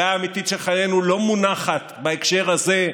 הבעיה האמיתית של חיינו בהקשר הזה,